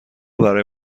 برای